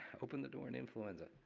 open the door and in flew in.